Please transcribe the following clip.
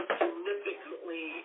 significantly